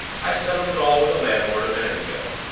i settled it all with the landlord a minute ago.